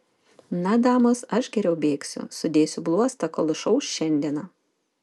na damos aš geriau bėgsiu sudėsiu bluostą kol išauš šiandiena